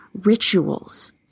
rituals